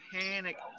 panic